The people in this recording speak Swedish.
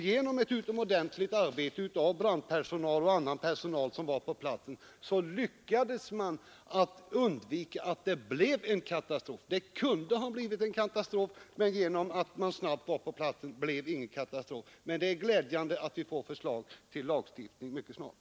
Genom ett utomordentligt arbete av brandpersonal och annan personal lyckades man undvika en katastrof. Det kunde ha blivit en katastrof, men genom att man snabbt kom till städes blev det ingen katastrof. Det är emellertid glädjande att vi får förslag till lagstiftning mycket snart.